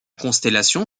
constellation